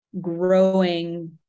growing